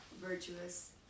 virtuous